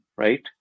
right